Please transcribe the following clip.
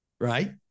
right